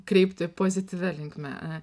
kreipti pozityvia linkme